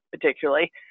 particularly